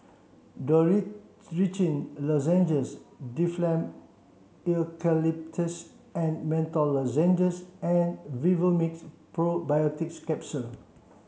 Dorithricin Lozenges Difflam Eucalyptus and Menthol Lozenges and Vivomixx Probiotics Capsule